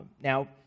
Now